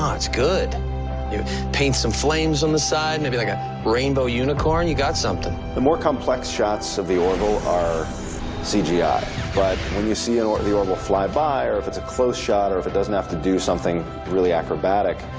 um it's good. you paint some flames on the side, maybe like a rainbow unicorn. you got something. the more complex shots of the orville are cgi. ah but when you see the orville fly by, or if its a close shot, or if it doesn't have to do something really acrobatic,